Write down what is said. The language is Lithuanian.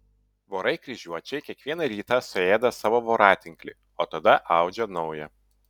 vorai kryžiuočiai kiekvieną rytą suėda savo voratinklį o tada audžia naują